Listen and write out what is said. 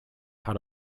how